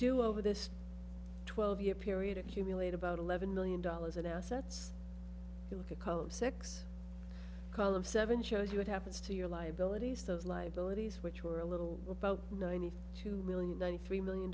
do over this twelve year period accumulate about eleven million dollars in assets you look at called six call of seven shows you what happens to your liabilities those liabilities which were a little about ninety two million ninety three million